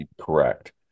correct